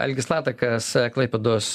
algis latakas klaipėdos